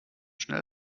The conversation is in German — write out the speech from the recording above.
schnell